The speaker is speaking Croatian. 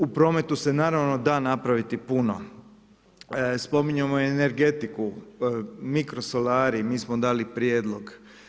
U prometu se naravno da napraviti puno, spominjemo energetiku, mikrosolari, mi smo dali prijedlog.